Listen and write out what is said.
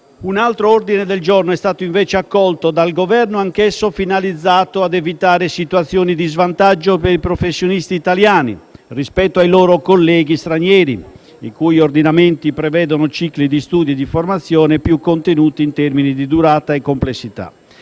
un altro ordine del giorno, anch'esso finalizzato a evitare situazioni di svantaggio per i professionisti italiani rispetto ai loro colleghi stranieri provenienti da Paesi i cui ordinamenti prevedono cicli di studi e di formazione più contenuti in termini di durata e complessità.